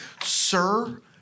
Sir